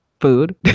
food